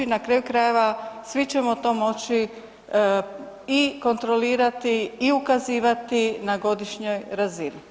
Na kraju krajeva svi ćemo to moći i kontrolirati i ukazivati na godišnjoj razini.